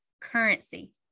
currency